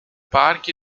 parque